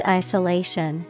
isolation